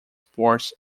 ports